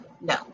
no